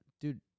dude